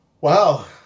Wow